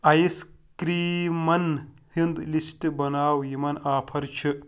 آیِس کرٛیٖمَن ہُنٛد لِسٹ بناو یِمَن آفر چھِ